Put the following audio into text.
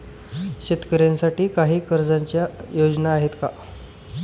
शेतकऱ्यांसाठी काही कर्जाच्या योजना आहेत का?